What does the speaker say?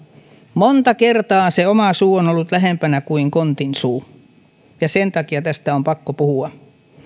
monta kertaa se oma suu on ollut lähempänä kuin kontin suu ja sen takia tästä on pakko puhua